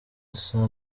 asa